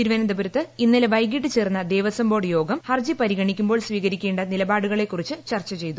തിരുവനന്തപുരത്ത് ഇന്നലെ വൈകിട്ട് ചേർന്ന ദേവസ്വം ബോർഡ് യോഗം ഹർജി പരിഗണിക്കുമ്പോൾ സ്വീകരിക്കേണ്ട നിലപാടുകളെക്കുറിച്ച് ചർച്ച ചെയ്തു